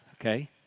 Okay